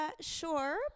sure